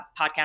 podcast